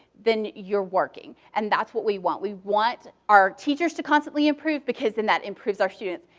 then you're working. and that's what we want. we want our teachers to constantly improve because then that improves our students.